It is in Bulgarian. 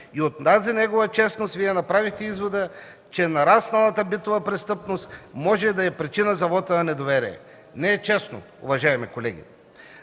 И от тази негова честност Вие направихте извода, че нарасналата битова престъпност може да е причина за вота на недоверие. Не е честно, уважаеми колеги!